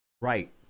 right